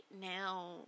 now